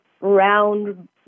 round